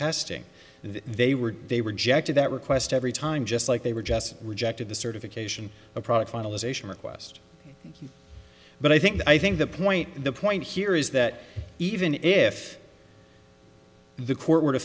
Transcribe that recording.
testing they were they rejected that request every time just like they were just rejected the certification of product finalization request but i think i think the point the point here is that even if the court were to